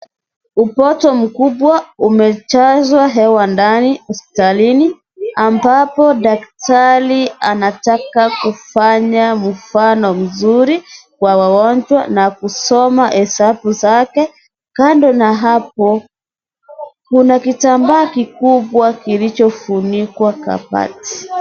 Upoto mkubwa umejazwa hewa ndani hospitalini ambapo daktari anataka kufanya mfano mzuri kwa wagonjwa na kusoma hesabu zake. Kando na hapo kuna kitambaa kikubwa kilichofunikwa kabati.